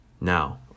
Now